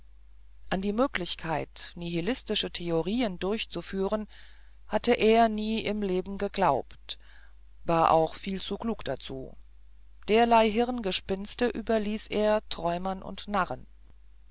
an die möglichkeit nihilistische theorien durchzuführen hatte er nie im leben geglaubt war auch viel zu klug dazu derlei hirngespinste überließ er träumern und narren